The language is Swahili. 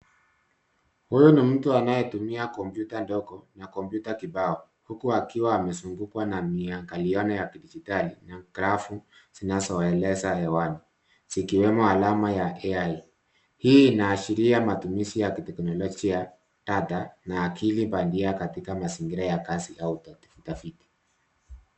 Huyu ni mtu anayetumia kompyuta ndogo na kompyuta kibao, huku akiwa amezungukwa na miakaliano ya dijitali na grafu zinazoeleza hewani, zikiwemo alama ya AI. Hii inaashiria matumizi ya kiteknolojia dhada na akili bandia katika mazingira ya kazi au la utafiti.